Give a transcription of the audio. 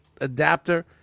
adapter